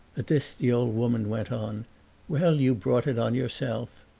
at this the old woman went on well, you brought it on yourself!